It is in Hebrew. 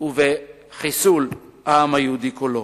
ובחיסול העם היהודי כולו.